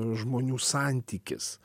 žmonių santykis